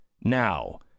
now